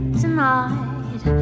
tonight